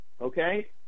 Okay